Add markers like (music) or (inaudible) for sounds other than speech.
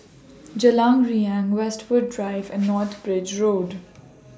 Jalan Riang Westwood Drive and (noise) North Bridge Road